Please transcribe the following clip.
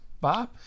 Bob